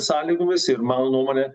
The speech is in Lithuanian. sąlygomis ir mano nuomone